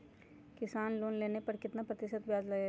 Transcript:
किसान लोन लेने पर कितना प्रतिशत ब्याज लगेगा?